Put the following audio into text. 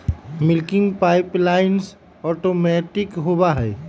milking pipeline automatic होबा हई